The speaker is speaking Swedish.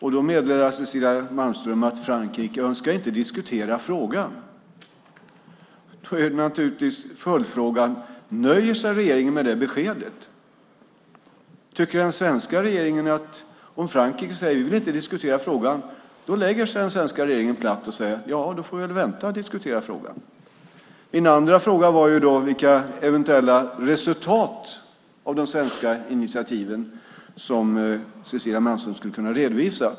Cecilia Malmström meddelar då att Frankrike inte önskar diskutera frågan. Då är min följdfråga: Nöjer sig regeringen med det beskedet? Tycker den svenska regeringen att om Frankrike säger att de inte vill diskutera frågan så ska den svenska regeringen lägga sig platt och säga att ja, nu får vi väl vänta med att diskutera frågan. Min andra fråga var vilka eventuella resultat av de svenska initiativen som Cecilia Malmström skulle kunna redovisa.